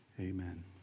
amen